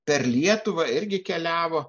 per lietuvą irgi keliavo